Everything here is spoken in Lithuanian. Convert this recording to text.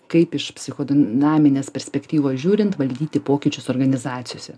kaip iš psichodinaminės perspektyvos žiūrint valdyti pokyčius organizacijose